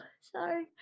sorry